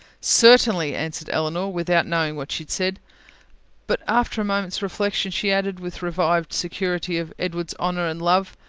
certainly, answered elinor, without knowing what she said but after a moment's reflection, she added, with revived security of edward's honour and love,